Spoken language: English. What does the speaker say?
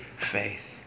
faith